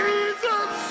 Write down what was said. Jesus